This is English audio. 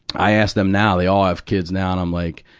i ask them now, they all have kids now, and i'm like,